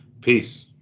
Peace